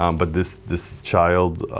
um but this this child,